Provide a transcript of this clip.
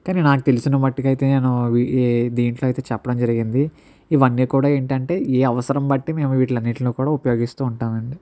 కానీ నాకు తెలిసిన మట్టుకు అయితే నేను ఏ వి దీంట్లో చెప్పడం జరిగింది ఇవన్నీ కూడా ఏంటి అంటే ఏ అవసరం బట్టి మేము వీటీని అన్నీటిని కూడా ఉపయోగిస్తూ ఉంటాము అండి